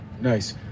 Nice